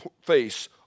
face